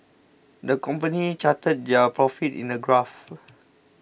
the company charted their profits in a graph